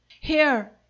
Here